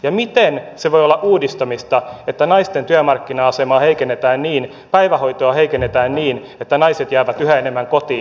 ja miten se voi olla uudistamista että naisten työmarkkina asemaa ja päivähoitoa heikennetään niin että naiset jäävät yhä enemmän kotiin